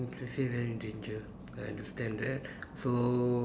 you should say very danger I understand that so